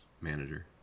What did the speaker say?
manager